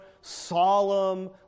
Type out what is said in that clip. solemn